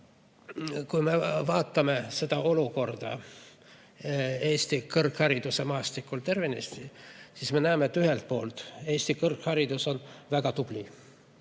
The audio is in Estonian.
kui me vaatame seda olukorda Eesti kõrghariduse maastikul tervenisti, siis näeme, et ühelt poolt Eesti kõrgharidus on väga tubli